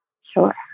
Sure